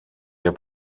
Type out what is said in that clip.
der